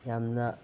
ꯌꯥꯝꯅ